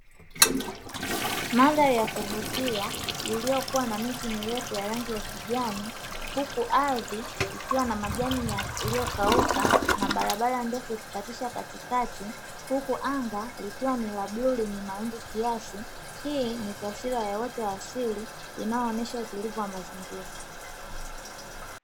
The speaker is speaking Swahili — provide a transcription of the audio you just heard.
Mandhari ya kuvutia iliyokuwa na miti mirefu ya rangi ya kijani, huku ardhi ikiwa na majani yaliyokauka na barabara ndefu ikikatisha katikati, huku anga likiwa ni la bluu lenye mawingu kiasi hii ni ishara ya watu wa asili inayoonyesha utulivu wa mazingira halisia.